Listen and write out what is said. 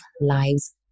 Lives